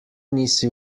nisi